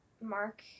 Mark